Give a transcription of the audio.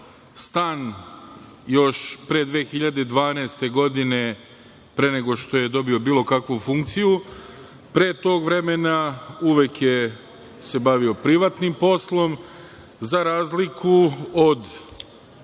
stan još pre 2012. godine, pre nego što je dobio bilo kakvu funkciju. Pre tog vremena uvek se bavio privatnim poslom, za razliku od